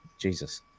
Jesus